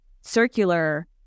circular